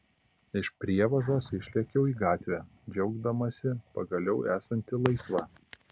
iš prievažos išlėkiau į gatvę džiaugdamasi pagaliau esanti laisva